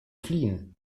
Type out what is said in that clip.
fliehen